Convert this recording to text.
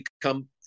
become